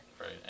right